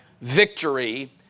Victory